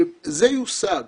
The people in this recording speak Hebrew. זה יושג.